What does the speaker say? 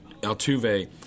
Altuve